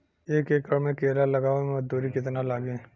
एक एकड़ में केला लगावे में मजदूरी कितना लागी?